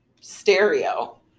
stereo